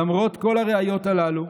למרות כל הראיות הללו,